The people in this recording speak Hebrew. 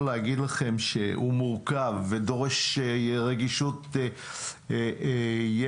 זה תפקיד מורכב, תפקיד שדורש רגישות יתר.